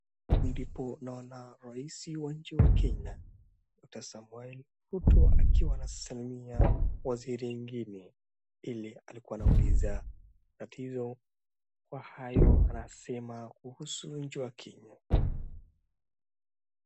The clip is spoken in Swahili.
Ndipo naona rais wa nchi ya Kenya William Samoei Ruto akiwa anasalimia waziri mwingine yule alikwa anaulizia tatizo.